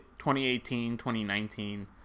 2018-2019